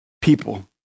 people